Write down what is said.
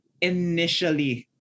initially